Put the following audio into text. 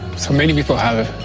so many people have